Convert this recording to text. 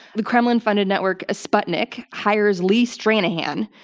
the kremlin-funded network sputnik hires lee stranahan,